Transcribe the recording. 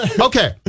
Okay